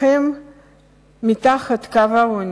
הם מתחת לקו העוני.